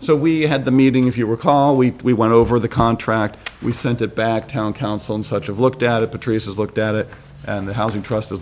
so we had the meeting if you recall we went over the contract we sent it back to town council and such of looked at it patrice's looked at it and the housing trust is